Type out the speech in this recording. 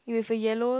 you with a yellow